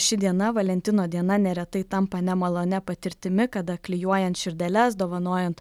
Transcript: ši diena valentino diena neretai tampa nemalonia patirtimi kada klijuojant širdeles dovanojant